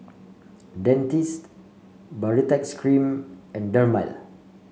Dentiste Baritex Cream and Dermale